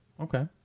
Okay